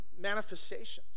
manifestations